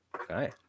Okay